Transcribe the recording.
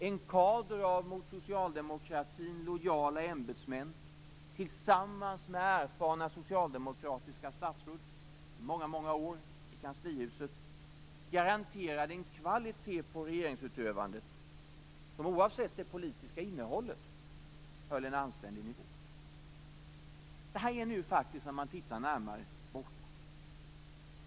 En kader av mot socialdemokratin lojala ämbetsmän, tillsammans med erfarna socialdemokratiska statsråd med många år i kanslihuset, garanterade en kvalitet på regeringsutövandet som, oavsett det politiska innehållet, höll en anständig nivå. Det här är nu faktiskt, när man tittar närmare, borta.